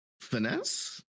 Finesse